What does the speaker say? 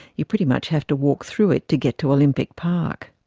you pretty much have to walk through it to get to olympic park.